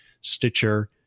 Stitcher